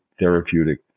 therapeutic